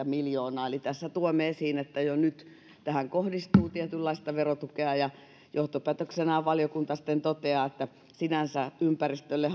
miljoonaa eli tässä tuomme esiin että jo nyt tähän kohdistuu tietynlaista verotukea johtopäätöksenään valiokunta sitten toteaa että sinänsä ympäristölle